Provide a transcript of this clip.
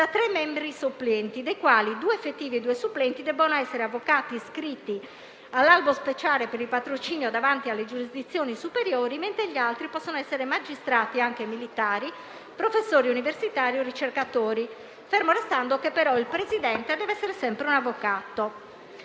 tre membri supplenti, dei quali due effettivi e due supplenti devono essere avvocati iscritti all'Albo speciale per il patrocinio davanti alle giurisdizioni superiori, mentre gli altri possono essere magistrati, anche militari, professori universitari o ricercatori, fermo restando che il presidente deve essere sempre un avvocato.